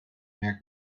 mehr